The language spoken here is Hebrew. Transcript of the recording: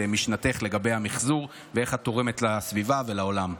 משנתך לגבי המחזור ואיך את תורמת לסביבה ולעולם.